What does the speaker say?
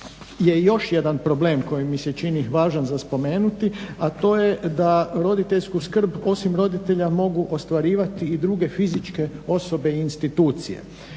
je još jedan problem koji mi se čini važan za spomenuti, a to je da roditeljsku skrb osim roditelja mogu ostvarivati i druge fizičke osobe i institucije.